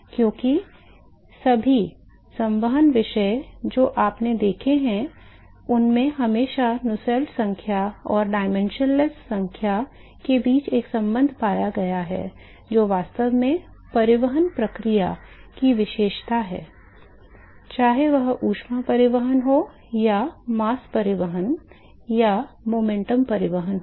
क्योंकि सभी संवहन विषय जो आपने देखे हैं उनमें हमेशा नुसेल्ट संख्या और आयामहीन मात्रा के बीच एक संबंध पाया गया है जो वास्तव में परिवहन प्रक्रिया की विशेषता है चाहे वह ऊष्मा परिवहन हो या मास परिवहन या संवेग परिवहन हो